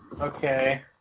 Okay